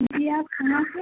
جی آپ کہاں سے